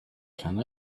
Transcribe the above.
can